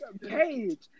page